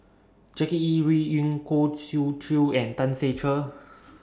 Jackie Yi Ru Ying Khoo Swee Chiow and Tan Ser Cher